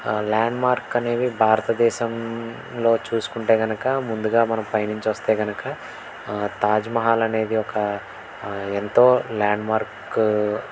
landmark అనేవి భారతదేశంలో చూసుకుంటే కనుక ముందుగా మనం పైనుంచి వస్తే కనుక తాజ్మహల్ అనేది ఒక ఎంతో ల్యాండ్మార్కు